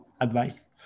advice